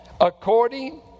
According